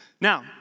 Now